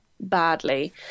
badly